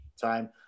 time